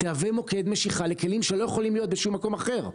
תהווה מוקד משיכה לכלים שלא יכולים להיות בשום מקום אחר.